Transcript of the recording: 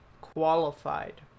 qualified